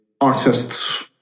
artists